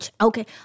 okay